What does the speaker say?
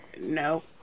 No